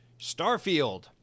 Starfield